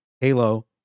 Halo